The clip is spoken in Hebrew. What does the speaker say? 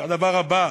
זה הדבר הבא,